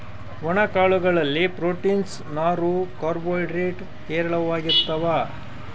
ಒಣ ಕಾಳು ಗಳಲ್ಲಿ ಪ್ರೋಟೀನ್ಸ್, ನಾರು, ಕಾರ್ಬೋ ಹೈಡ್ರೇಡ್ ಹೇರಳವಾಗಿರ್ತಾವ